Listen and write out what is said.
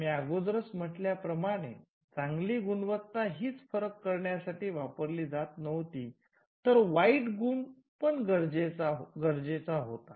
मी अगोदर म्हटल्या प्रमाणे चांगली गुणवत्ता हीच फरक करण्यासाठी वापरली जात नव्हती तर वाईट गुण पण गरजेची होता